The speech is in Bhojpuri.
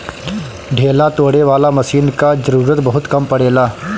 ढेला तोड़े वाला मशीन कअ जरूरत बहुत कम पड़ेला